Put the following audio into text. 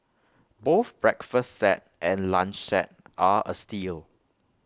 both breakfast set and lunch set are A steal